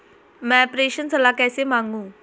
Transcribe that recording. मैं प्रेषण सलाह कैसे मांगूं?